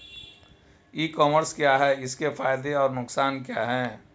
ई commerce क्या है इसके फायदे और नुकसान क्या है?